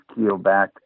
keelback